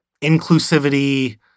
inclusivity